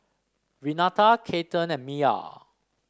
Renata Cathern and Miya